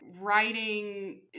writing